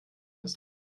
ist